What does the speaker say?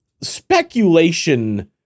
speculation